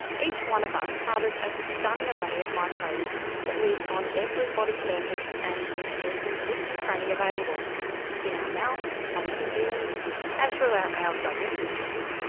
each one of us harbours a stunning array of microbes that live on every body surface and in every nook and cranny available in our mouth, on our ah skin and throughout our digestive tract.